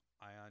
ion